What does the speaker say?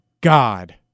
God